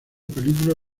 película